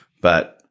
but-